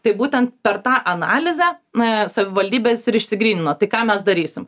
tai būtent per tą analizę na savivaldybės ir išsigrynino tai ką mes darysim